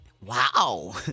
Wow